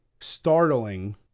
startling